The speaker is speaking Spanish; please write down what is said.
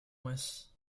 mes